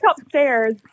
upstairs